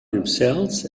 himsels